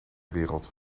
wereld